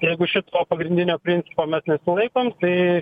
jeigu šito pagrindinio principo mes nesilaikom tai